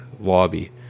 lobby